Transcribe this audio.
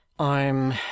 I'm